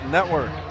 Network